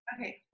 Okay